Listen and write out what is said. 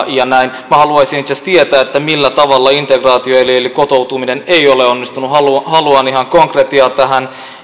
ja niin edelleen minä haluaisin itse asiassa tietää millä tavalla integraatio eli eli kotoutuminen ei ole onnistunut haluan ihan konkretiaa tähän